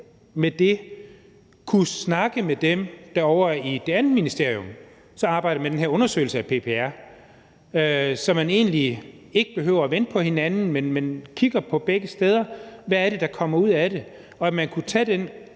med det kunne snakke med dem ovre i det andet ministerium, som arbejder med den her undersøgelse af PPR, så man egentlig ikke behøver at vente på hinanden, men kigger begge steder for at se, hvad der kommer ud af det, og at man kan tage den